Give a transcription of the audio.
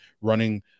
running